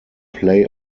play